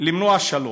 למנוע שלום,